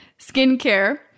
Skincare